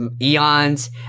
eons